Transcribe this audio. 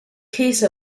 case